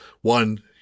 One